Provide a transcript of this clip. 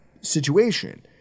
situation